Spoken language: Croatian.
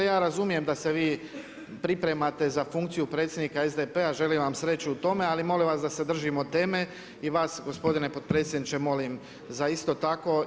Ja razumijem da se vi pripremate za funkciju predsjednika SDP-a, želim vam sreću u tome ali molim vas da se držimo teme i vas gospodine potpredsjedniče molim za isto tako.